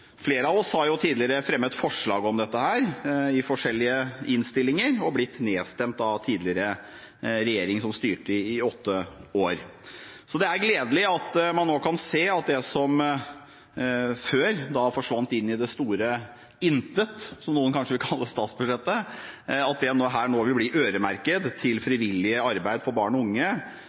tidligere fremmet forslag om dette i forskjellige innstillinger, men blitt nedstemt under den tidligere regjeringen, som styrte i åtte år. Det er gledelig at man nå kan se at det som før forsvant inn i det store intet, som noen kanskje vil kalle statsbudsjettet, nå vil bli øremerket til frivillig arbeid for barn og unge